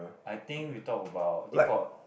I think we talk about I think for